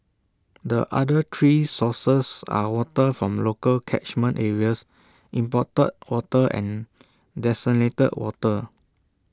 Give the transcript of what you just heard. the other three sources are water from local catchment areas imported water and desalinated water